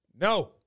No